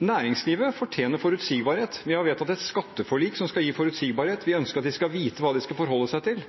Næringslivet fortjener forutsigbarhet. Vi har vedtatt et skatteforlik som skal gi forutsigbarhet. Vi ønsker at de skal vite hva de skal forholde seg til,